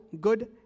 good